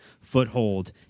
foothold